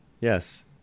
Yes